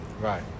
Right